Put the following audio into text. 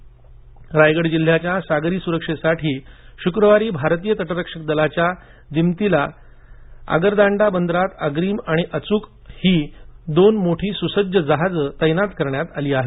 सागरी सुरक्षा रायगड जिल्हयाच्या सागरी सुरक्षेसाठी शुक्रवारी भारतीय तटरक्षक दलाच्या दिमतीला आगरदांडा बंदरात अग्रीम आणि अचूक ही दोन मोठी सुसज्ज जहाजं तैनात करण्यात आली आहेत